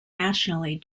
nationally